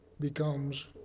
becomes